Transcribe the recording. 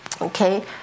Okay